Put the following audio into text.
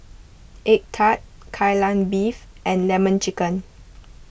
Egg Tart Kai Lan Beef and Lemon Chicken